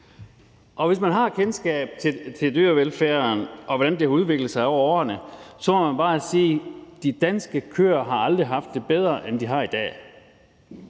Og hvis man har kendskab til dyrevelfærden, og hvordan det har udviklet sig over årene, så må man bare sige, at de danske kører aldrig har haft det bedre, end de har i dag.